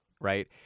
Right